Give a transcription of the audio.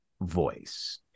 voice